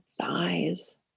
thighs